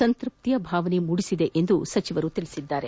ಸಂತೃಪ್ತಿಯ ಭಾವನೆ ಮೂಡಿಸಿದೆ ಎಂದು ಹೇಳಿದ್ದಾರೆ